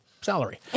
salary